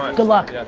good luck.